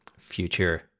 future